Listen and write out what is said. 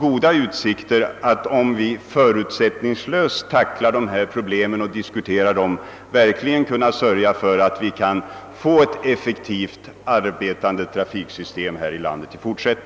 Om vi förutsättningslöst diskuterar och tacklar problemen även i fortsättningen bör vi därför ha goda utsikter att få ett effektivt arbetande trafiksystem i vårt land.